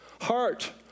heart